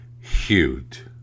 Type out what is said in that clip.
huge